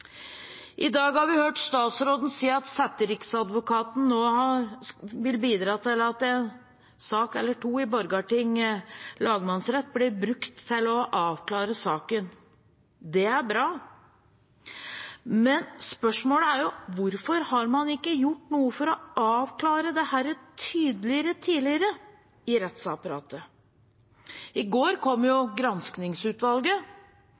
I dag har vi hørt statsråden si at setteriksadvokaten nå vil bidra til at en sak eller to i Borgarting lagmannsrett blir brukt til å avklare saken. Det er bra. Men spørsmålet er: Hvorfor har man ikke gjort noe for å avklare dette tydeligere tidligere i rettsapparatet? I går kom